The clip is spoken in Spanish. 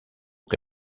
que